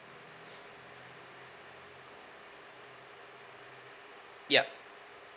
yup